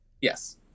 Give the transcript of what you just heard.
Yes